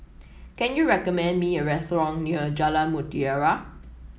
can you recommend me a restaurant near Jalan Mutiara